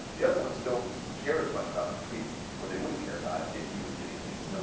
the other ones don't care as much about the tweets or they wouldn't care about it if he was getting things done.